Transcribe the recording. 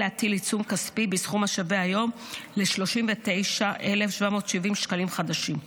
להטיל עיצום כספי בסכום השווה היום ל-39,770 שקלים חדשים.